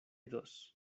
dos